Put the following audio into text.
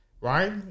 right